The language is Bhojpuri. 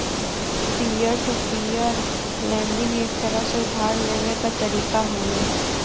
पीयर टू पीयर लेंडिंग एक तरह से उधार लेवे क तरीका हउवे